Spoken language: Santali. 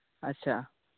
ᱟᱪᱪᱷᱟ